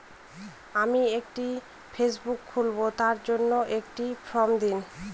আমি একটি ফেসবুক খুলব তার জন্য একটি ফ্রম দিন?